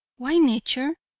why nature,